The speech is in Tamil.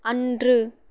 அன்று